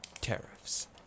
Tariffs